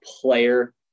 player